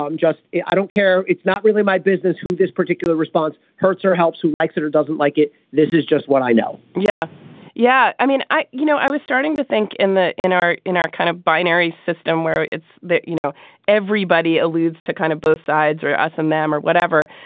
um just i don't care. it's not really my business who this particular response hurts or helps who likes it or doesn't like it. this is just what i know yeah yeah. i mean i you know i was starting to think in in our in our kind of binary system where it's that you know everybody alludes to kind of both sides or us and them or whatever.